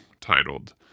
titled